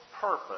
purpose